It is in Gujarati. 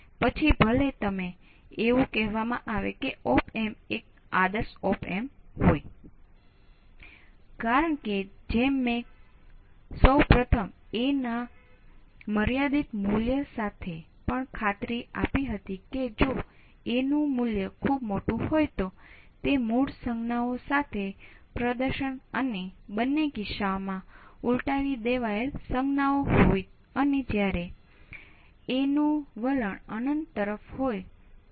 હવે તે ગણતરી કરવામાં તમારે સર્કિટ છે અને પછી તમે વિશ્લેષણ સાથે આગળ વધો